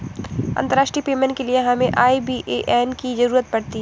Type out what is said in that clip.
अंतर्राष्ट्रीय पेमेंट के लिए हमें आई.बी.ए.एन की ज़रूरत पड़ती है